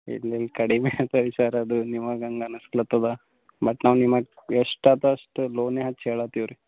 ಇಲ್ಲಿ ಇಲ್ಲಿ ಕಡಿಮೆ ನಿಮಗೆ ಹಂಗೆ ಅನ್ನಿಸ್ಲಕತ್ತದ ಮತ್ತು ನಾವು ನಿಮಗೆ ಎಷ್ಟು ಆಯ್ತೊ ಅಷ್ಟು ಲೋನ್ ಯಾಕೆ ಕೇಳತೀವಿ ರೀ